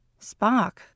Spock